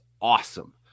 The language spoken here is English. awesome